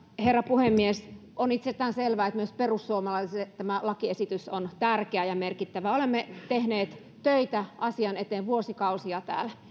herra puhemies on itsestään selvää että myös perussuomalaisille tämä lakiesitys on tärkeä ja merkittävä olemme täällä tehneet töitä asian eteen vuosikausia